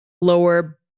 lower